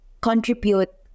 contribute